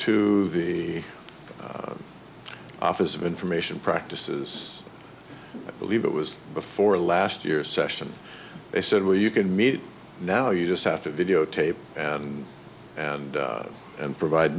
to the office of information practices believe it was before last year session they said well you can meet it now you just have to videotape and and and provide